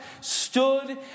stood